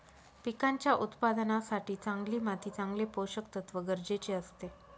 पिकांच्या उत्पादनासाठी चांगली माती चांगले पोषकतत्व गरजेचे असते